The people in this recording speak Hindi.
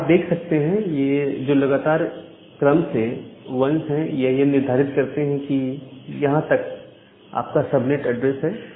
यहां आप यह देख सकते हैं यह जो लगातार एक क्रम से 1s है ये यह निर्धारित करते हैं कि यहां तक आपका सबनेट एड्रेस है